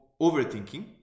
overthinking